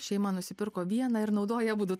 šeima nusipirko vieną ir naudoja abudu